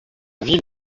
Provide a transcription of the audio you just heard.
ville